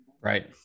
Right